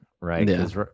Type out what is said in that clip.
right